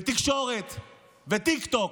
תקשורת וטיקטוק.